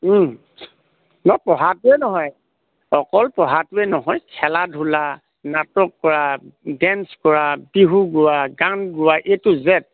পঢ়াটোৱে নহয় অকল পঢ়াটোৱে নহয় খেলা ধূলা নাটক কৰা ডেন্স কৰা বিহু গোৱা গান গোৱা এ টু জেদ